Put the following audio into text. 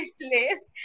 place